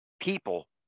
people